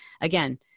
again